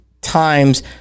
times